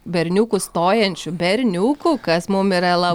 berniukų stojančių berniukų kas mum yra la